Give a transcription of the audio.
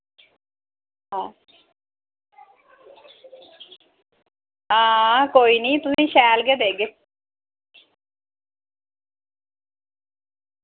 हां हां कोई निं तुसेंगी शैल गै देगे